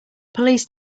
police